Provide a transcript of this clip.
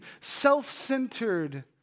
self-centered